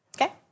Okay